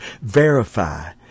verify